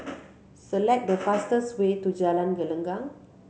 select the fastest way to Jalan Gelenggang